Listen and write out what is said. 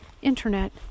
internet